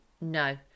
no